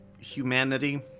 humanity